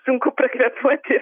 sunku prakvėpuoti